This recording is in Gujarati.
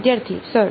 વિદ્યાર્થી સર